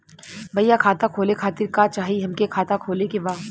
भईया खाता खोले खातिर का चाही हमके खाता खोले के बा?